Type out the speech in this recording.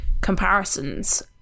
comparisons